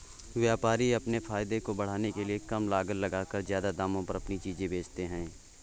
व्यापारी अपने फायदे को बढ़ाने के लिए कम लागत लगाकर ज्यादा दामों पर अपनी चीजें बेचते है